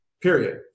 period